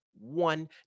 one